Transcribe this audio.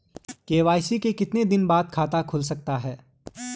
KYC के कितने दिन बाद खाता खुल सकता है?